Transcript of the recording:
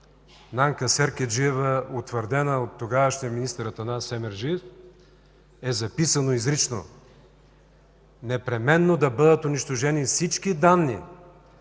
Нанка Серкеджиева, утвърдена от тогавашния министър Атанас Семерджиев, е записано изрично: „Непременно да бъдат унищожени всички данни